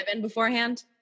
beforehand